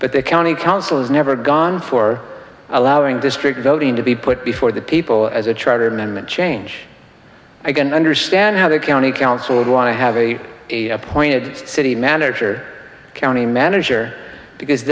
but the county council has never gone for allowing district voting to be put before the people as a charter member change i can understand how the county council would want to have a appointed city manager county manager because